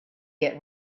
get